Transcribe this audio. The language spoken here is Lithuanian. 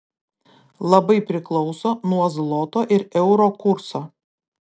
labai priklauso nuo zloto ir euro kurso